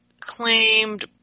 claimed